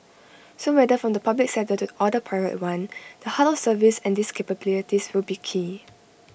so whether from the public sector or the private one the heart of service and these capabilities will be key